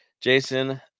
Jason